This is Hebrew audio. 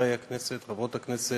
חברי הכנסת, חברות הכנסת,